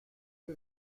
que